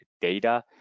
data